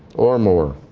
or more.